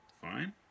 fine